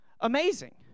amazing